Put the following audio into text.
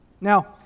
Now